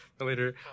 later